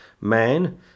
man